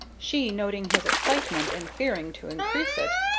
she, noting his excitement and fearing to increase it,